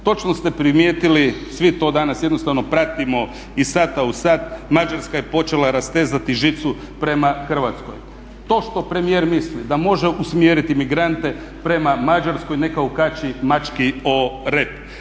Točno ste primijetili, svi to danas jednostavno pratimo iz sata u sat, Mađarska je počela rastezati žicu prema Hrvatskoj. To što premijer misli da može usmjeriti migrante prema Mađarskoj neka okači mački o rep.